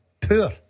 poor